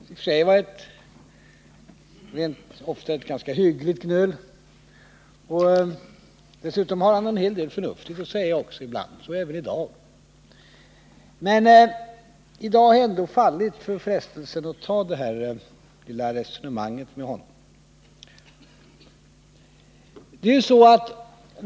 Det har i och för sig ofta varit ett ganska hyggligt gnöl, och dessutom har han ibland förnuftiga saker att säga, så även i dag. Men den här gången har jag ändå fallit för frestelsen att föra ett resonemang med honom.